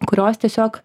kurios tiesiog